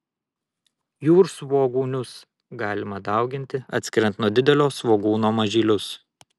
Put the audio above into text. jūrsvogūnius galima dauginti atskiriant nuo didelio svogūno mažylius